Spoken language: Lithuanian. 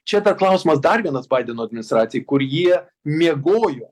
čia tą klausimas dar vienas baideno administracijai kur jie miegojo